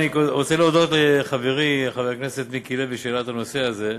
אני רוצה להודות לחברי חבר הכנסת מיקי לוי שהעלה את הנושא הזה.